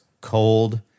cold